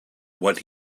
what